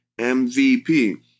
MVP